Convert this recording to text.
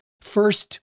First